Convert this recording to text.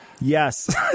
Yes